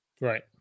right